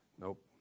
Nope